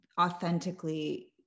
authentically